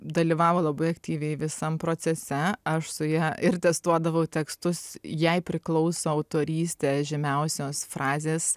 dalyvavo labai aktyviai visam procese aš su ja ir testuodavau tekstus jai priklauso autorystė žymiausios frazės